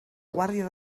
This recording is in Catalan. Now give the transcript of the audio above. guàrdia